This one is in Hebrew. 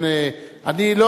אני,